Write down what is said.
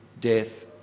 death